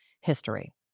history